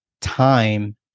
time